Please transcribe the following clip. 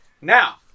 Now